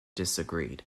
disagreed